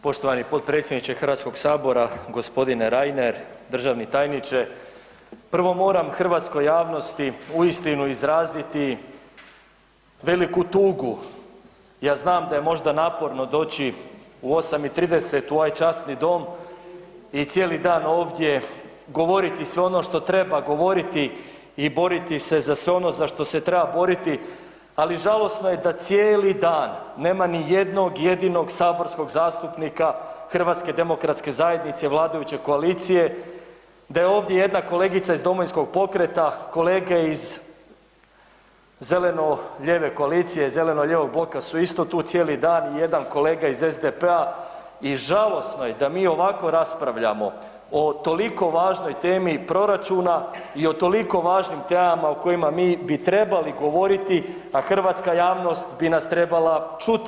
Poštovani potpredsjedniče Hrvatskog sabora, gospodine Reiner, državni tajniče, prvo moram hrvatskoj javnosti uistinu izraziti veliku tugu, ja znam da je možda naporno doći u 8 i 30 u ovaj časni dom i cijeli dan ovdje govoriti sve ono što treba govoriti i boriti se za sve ono za što se treba boriti, ali žalosno je da cijeli dan nema ni jednog jedinog saborskog zastupnika HDZ-a vladajuće koalicije, da je ovdje jedna kolegica iz Domovinskog pokreta, kolege iz zeleno-lijeve koalicije, iz zeleno-lijevog bloka su isto tu cijeli dan i jedan kolega iz SDP-a i žalosno je da mi ovako raspravljamo o toliko važnoj temi proračuna i o toliko važnim temama u kojima mi bi trebali govoriti, a hrvatska javnost bi nas trebala čuti.